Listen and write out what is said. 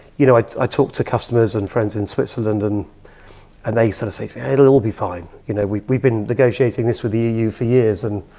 you know, i i talk to customers and friends in switzerland, and and they sort of say to me, hey, it'll it'll be fine. you know, we've we've been negotiating this with the eu for years. and